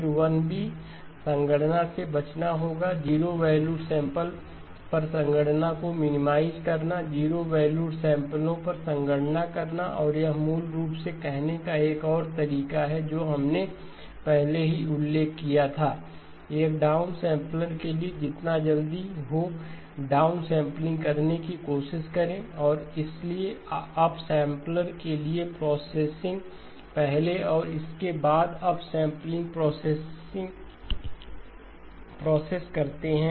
फिर 1 बी संगणना से बचना होगा 0 वैल्यूड सैंपल पर संगणना को मिनिमाइज करना 0 वैल्यूड सैंपललो पर संगणना करना और यह मूल रूप से कहने का एक और तरीका है जो हमने पहले ही उल्लेख किया था एक डाउन सैम्पलर के लिए जितना जल्दी हो डाउनसैंपलिंग करने की कोशिश करें और इसलिए अप सैंपलर के लिए प्रोसेसिंग पहले और उसके बाद अप सैंपलिंग प्रोसेस करते हैं